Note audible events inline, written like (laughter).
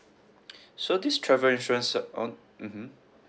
(noise) so this travel insurance so on mmhmm